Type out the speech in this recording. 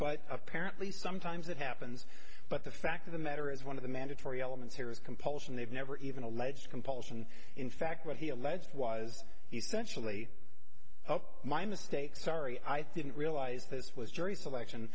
but apparently sometimes that happens but the fact of the matter is one of the mandatory elements here is compulsion they've never even alleged compulsion in fact what he alleged was essentially oh my mistake sorry i think realized this